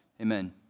amen